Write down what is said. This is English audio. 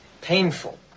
Painful